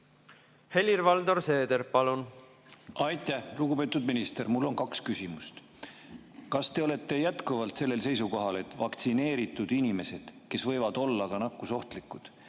Helir-Valdor Seeder, palun! Aitäh! Lugupeetud minister! Mul on kaks küsimust. Kas te olete jätkuvalt seisukohal, et vaktsineeritud inimesed, kes võivad olla nakkusohtlikud,